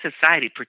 society